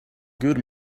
good